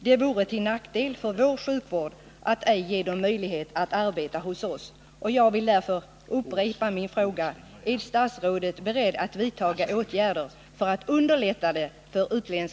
Det vore till nackdel för vår sjukvård att ej ge dem möjlighet att arbeta hos oss.